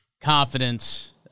confidence